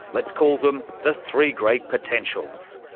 let's call them the three great potentials.